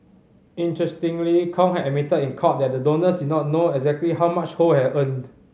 interestingly Kong had admitted in court that the donors did not know exactly how much Ho had earned